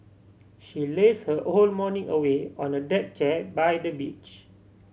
she lazed her whole morning away on a deck chair by the beach